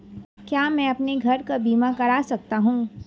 क्या मैं अपने घर का बीमा करा सकता हूँ?